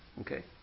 okay